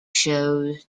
shows